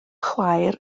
chwaer